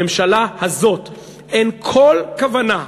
לממשלה הזאת אין כל כוונה,